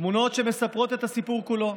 תמונות שמספרות את הסיפור כולו.